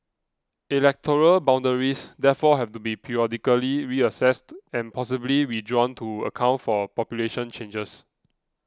electoral boundaries therefore have to be periodically reassessed and possibly redrawn to account for population changes